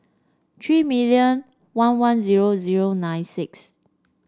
three million one one zero zero nine six